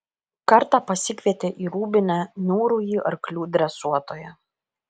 kartą pasikvietė į rūbinę niūrųjį arklių dresuotoją